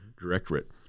directorate